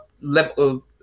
level